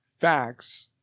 Facts